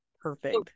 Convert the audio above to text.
perfect